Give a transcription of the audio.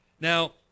Now